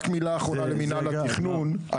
רק מילה אחרונה למנהל התכנון,